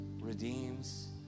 redeems